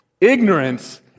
ignorance